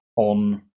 on